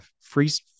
freeze